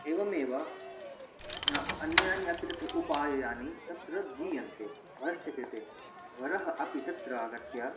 एवमेव अन्यान्यपि तत्र उपायनानि तत्र दीयन्ते वरस्य कृते वरः अपि तत्रागत्य